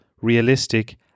realistic